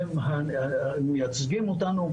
הן המייצגות אותנו,